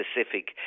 specific